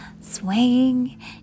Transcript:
swaying